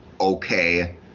okay